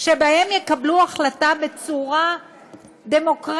שבהן יקבלו החלטה בצורה דמוקרטית